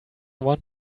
want